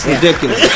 Ridiculous